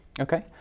Okay